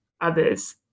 others